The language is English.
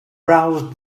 browsed